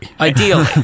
Ideally